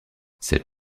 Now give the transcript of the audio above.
cette